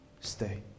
stay